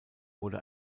wurde